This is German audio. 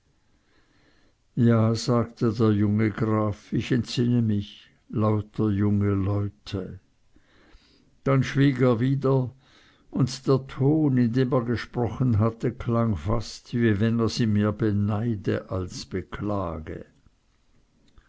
ja sagte der junge graf ich entsinne mich lauter junge leute dann schwieg er wieder und der ton in dem er gesprochen hatte klang fast wie wenn er sie mehr beneide als beklage